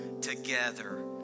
together